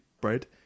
bread